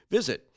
Visit